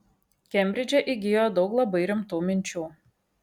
kembridže įgijo daug labai rimtų minčių